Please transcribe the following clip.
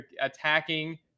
attacking